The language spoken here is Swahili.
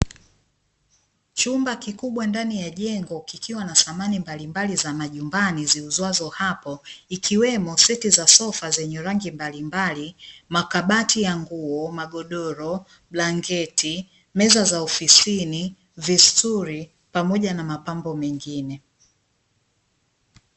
Chumba kikubwa ndani ya jengo kikiwa na samani mbalimbali za majumbani ziuzwazo hapo, ikiwemo seti ya za sofa zenye rangi mbalimbali, makabati ya nguo, magodoro, blangeti, meza za ofisini, vistuli pamoja na mapambo mengine.